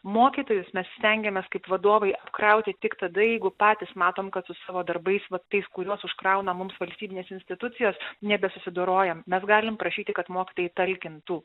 mokytojus mes stengiamės kaip vadovai apkrauti tik tada jeigu patys matom kad su savo darbais vat tais kuriuos užkrauna mums valstybinės institucijos nebesusidorojam mes galim prašyti kad mokytojai talkintų